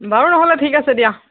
বাৰু নহ'লে ঠিক আছে দিয়া